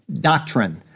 doctrine